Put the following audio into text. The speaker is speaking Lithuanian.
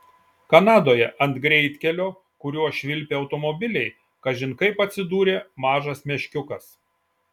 kanadoje ant greitkelio kuriuo švilpė automobiliai kažin kaip atsidūrė mažas meškiukas